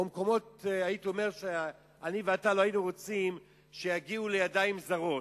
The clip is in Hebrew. או מקומות שאני ואתה לא היינו רוצים שיגיעו לידיים זרות.